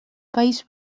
país